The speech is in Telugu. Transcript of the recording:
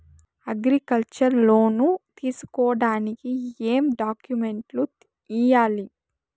అగ్రికల్చర్ లోను తీసుకోడానికి ఏం డాక్యుమెంట్లు ఇయ్యాలి?